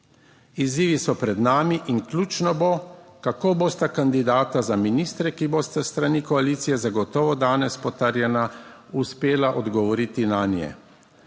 Izzivi so pred nami in ključno bo, kako bosta kandidata za ministre, ki bosta s strani koalicije zagotovo danes potrjena, uspela odgovoriti nanje.